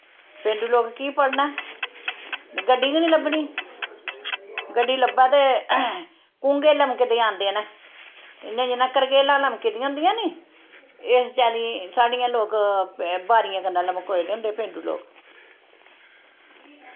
पेंडू लोक केह् पढ़ना गड्डी गै नी लब्भनी गड्डी लब्भै ते कुंगै लमकदे आंदे न इ'यां जियां करगेलां लमकी दियां होंदियां नी इस चाल्ली साढ़ियां लोक बारियें कन्नै लमकोए दे होंदे पेंडू लोक